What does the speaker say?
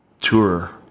tour